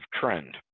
trend